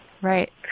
right